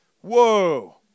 Whoa